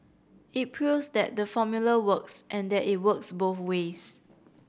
it proves that the formula works and that it works both ways